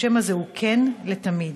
או שמא זה קן לתמיד,